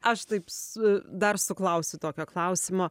aš taip su dar suklausiu tokio klausimo